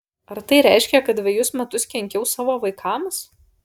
ar tai reiškia kad dvejus metus kenkiau savo vaikams